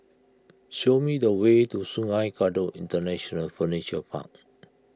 show me the way to Sungei Kadut International Furniture Park